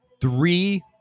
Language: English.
three